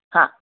हां